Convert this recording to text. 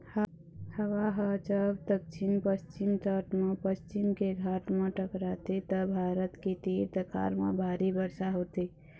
हवा ह जब दक्छिन पस्चिम तट म पश्चिम के घाट म टकराथे त भारत के तीर तखार म भारी बरसा होथे